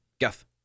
Guff